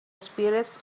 spirits